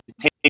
take